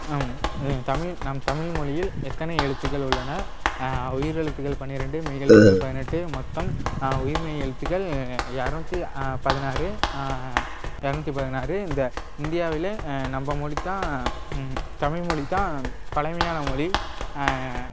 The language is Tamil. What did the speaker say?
அம் ஆ தமிழ் நம் தமிழ் மொழியில் எத்தனை எழுத்துக்கள் உள்ளன உயிர் எழுத்துக்கள் பனிரெண்டு மெய் எழுத்துக்கள் பதினெட்டு மொத்தம் உயிர்மெய் எழுத்துக்கள் இரநூத்தி பதினாறு இரநூத்தி பதினாறு இந்த இந்தியாவிலே நம்ம மொழித்தான் தமிழ் மொழித்தான் பழமையான மொழி